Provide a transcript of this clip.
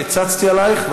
הצצתי עלייך,